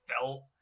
felt